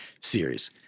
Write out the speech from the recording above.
series